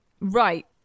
right